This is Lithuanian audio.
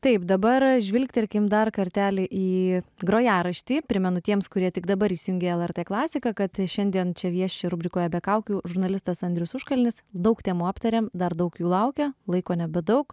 taip dabar žvilgterkim dar kartelį į grojaraštį primenu tiems kurie tik dabar įsijungė lrt klasiką kad šiandien čia vieši rubrikoje be kaukių žurnalistas andrius užkalnis daug temų aptarėm dar daug jų laukia laiko nebedaug